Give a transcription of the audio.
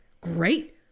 great